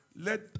let